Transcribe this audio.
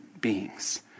beings